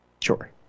Sure